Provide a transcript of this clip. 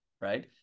right